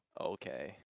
Okay